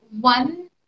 one